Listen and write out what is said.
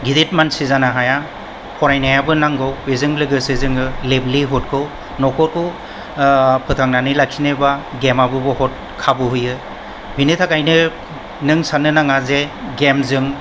गिदिद मानसि जानो हाया फरायनायाबो नांगौ बेजों लोगोसे जोङो लेभलिहुडखौ न'खरखौ फोथांनानै लाखिनोब्ला गेमाबो बहुद खाबु होयो बेनि थाखायनो नों साननो नाङा जे गेमजों